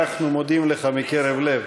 אנחנו מודים לך מקרב לב.